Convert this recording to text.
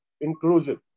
inclusive